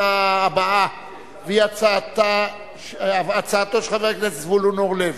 עברה בקריאה טרומית ותועבר לוועדת הכלכלה על מנת להכינה לקריאה ראשונה.